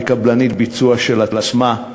היא קבלנית ביצוע של עצמה.